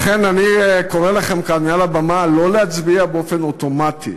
לכן אני קורא לכם כאן מעל הבמה לא להצביע באופן אוטומטי.